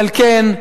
על כן,